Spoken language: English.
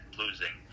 losing